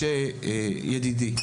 משה ידידי,